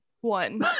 one